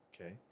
Okay